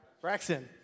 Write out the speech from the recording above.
Braxton